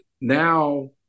now